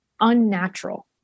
unnatural